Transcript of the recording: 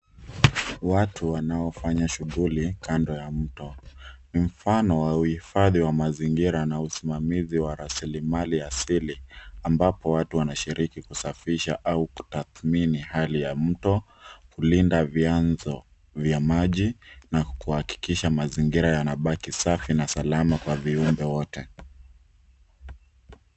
Watu wanaofanya shughuli kando ya mto mfano wa huhifhadi wa mazingira na usimamisi resemali wa asili ambapo watu wanashiriki kusafisha au kuthamini hali ya mto kulinda vayanzo vya maji na kuhakikisha mazingira yanapaki safi na salama kwa viumbe wote.